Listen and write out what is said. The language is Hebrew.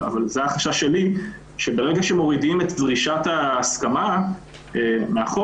אבל החשש שלי הוא שברגע שמורידים את דרישת ההסכמה מהחוק,